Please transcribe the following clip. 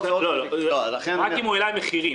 רק אם הוא העלה מחירים.